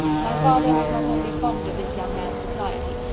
my father was not only fond of this young man's society,